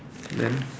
then